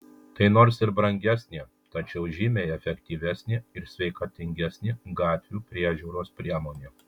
tai nors ir brangesnė tačiau žymiai efektyvesnė ir sveikatingesnė gatvių priežiūros priemonė